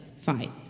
Fight